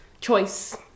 Choice